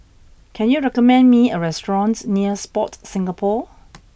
can you recommend me a restaurant near Sport Singapore